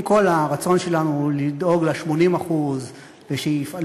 עם כל הרצון שלנו לדאוג ל-80% שיפעלו,